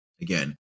again